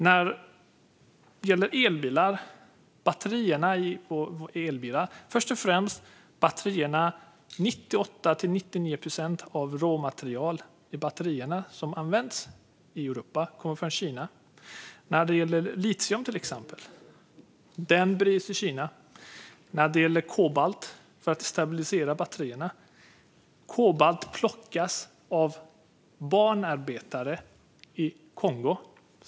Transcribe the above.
När det gäller elbilar handlar det om batterierna. Först och främst kommer 98 eller 99 procent av råmaterialet i batterierna som används i Europa från Kina. Det gäller till exempel litium, som bryts i Kina. Kobolt, som används för att stabilisera batterierna, plockas av barnarbetare i Kongo.